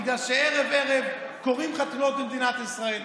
בגלל שערב-ערב קורות חתונות במדינת ישראל.